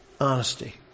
Honesty